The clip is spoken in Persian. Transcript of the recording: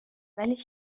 ولی